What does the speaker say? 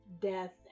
death